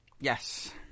Yes